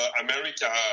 America